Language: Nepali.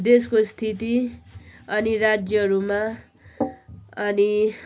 देशको स्थिति अनि राज्यहरूमा अनि